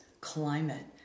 climate